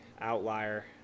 outlier